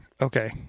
Okay